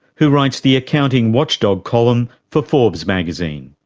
who writes the accounting watchdog column for forbes magazine.